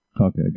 Okay